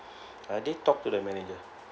I need talk to the manager